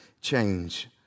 change